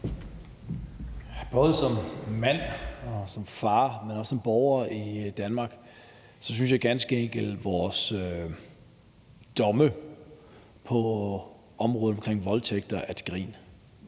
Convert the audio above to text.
Både som mand og som far, men også som borger i Danmark synes jeg ganske enkelt, at vores domme på området for voldtægter er til grin.